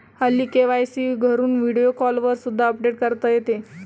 हल्ली के.वाय.सी घरून व्हिडिओ कॉलवर सुद्धा अपडेट करता येते